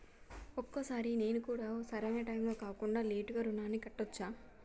ఒక్కొక సారి నేను ఒక సరైనా టైంలో కాకుండా లేటుగా రుణాన్ని కట్టచ్చా?